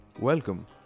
Welcome